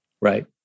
Right